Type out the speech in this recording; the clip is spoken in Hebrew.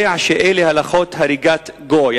יודע שאלה הלכות הריגת גוי.